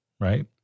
right